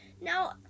Now